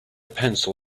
pencil